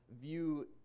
view